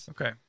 Okay